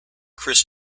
chris